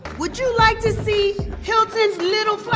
would you like to see hilton's little